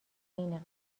بین